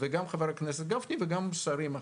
חבר הכנסת גפני וגם שרים אחרים.